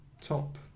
top